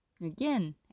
Again